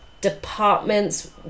departments